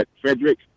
Frederick